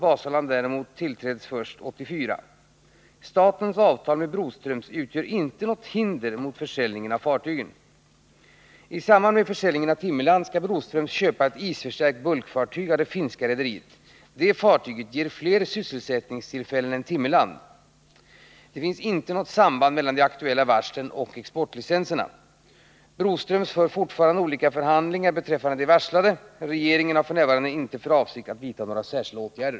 Vasaland däremot tillträds av köparen först år 1984. Statens avtal med Broströms utgör inte fniågot hinder mot försäljningen av fartygen. I samband med försäljningen av Timmerland skall Broströms köpa ett isförstärkt bulkfartyg av det finska rederiet. Det fartyget ger fler sysselsättningstillfällen än Timmerland. Det finns inte något samband mellan de aktuella varslen och exportlicenserna: Broströms för fortfarande olika förhandlingar beträffande de varslade. Regeringen har f.n. inte för avsikt att vidta några särskilda åtgärder.